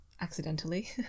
accidentally